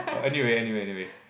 err anyway anyway anyway